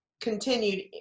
continued